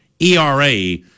ERA